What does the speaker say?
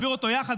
נעביר אותו יחד,